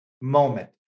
moment